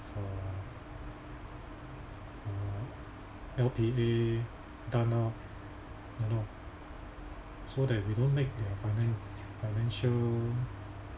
uh uh L_P_A done lor you know so that we don't make the fina~ financial